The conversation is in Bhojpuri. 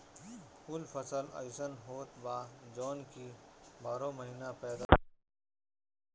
कुछ फसल अइसन होत बा जवन की बारहो महिना पैदा कईल जाला